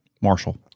Marshall